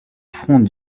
front